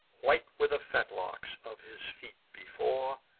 white were the fetlocks of his feet before,